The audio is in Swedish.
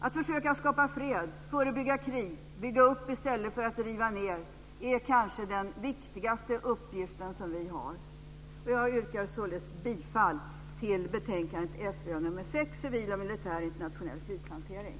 Att försöka skapa fred, förebygga krig, bygga upp i stället för att riva ned, är kanske den viktigaste uppgiften vi har. Jag yrkar således bifall till utskottets förslag i betänkandet FöU6 Civil och militär internationell krishantering.